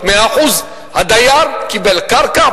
הדייר קיבל קרקע,